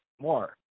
more